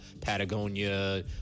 Patagonia